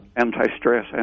anti-stress